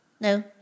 No